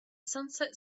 sunset